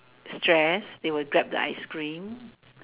stress they will Grab the ice cream